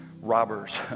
robbers